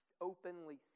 openly